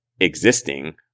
Existing